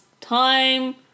time